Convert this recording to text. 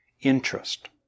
interest